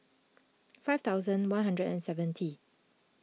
five thousand one hundred and seventy